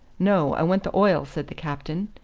no, i want the oil, said the captain.